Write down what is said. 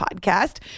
podcast